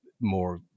more